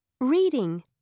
Reading